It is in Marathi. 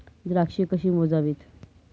द्राक्षे कशी मोजावीत?